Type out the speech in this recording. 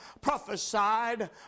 prophesied